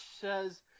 says